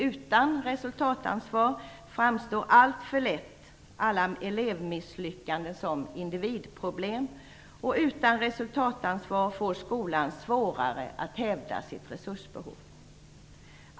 Utan resultatansvar framstår alltför lätt alla elevmisslyckanden som individproblem, och utan resultatansvar får skolan svårare att hävda sitt resursbehov.